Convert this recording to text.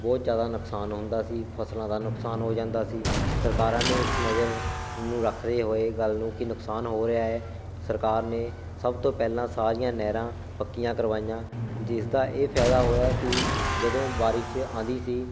ਬਹੁਤ ਜ਼ਿਆਦਾ ਨੁਕਸਾਨ ਹੁੰਦਾ ਸੀ ਫਸਲਾਂ ਦਾ ਨੁਕਸਾਨ ਹੋ ਜਾਂਦਾ ਸੀ ਸਰਕਾਰਾਂ ਨੇ ਇਸ ਨਜ਼ਰ ਨੂੰ ਰੱਖਦੇ ਹੋਏ ਗੱਲ ਨੂੰ ਕਿ ਨੁਕਸਾਨ ਹੋ ਰਿਹਾ ਹੈ ਸਰਕਾਰ ਨੇ ਸਭ ਤੋਂ ਪਹਿਲਾਂ ਸਾਰੀਆਂ ਨਹਿਰਾਂ ਪੱਕੀਆਂ ਕਰਵਾਈਆਂ ਜਿਸ ਦਾ ਇਹ ਫਾਇਦਾ ਹੋਇਆ ਕਿ ਜਦੋਂ ਬਾਰਿਸ਼ ਆਉਂਦੀ ਸੀ